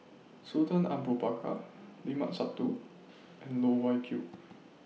Sultan Abu Bakar Limat Sabtu and Loh Wai Kiew